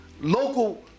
local